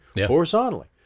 horizontally